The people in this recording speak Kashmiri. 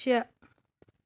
شےٚ